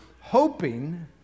hoping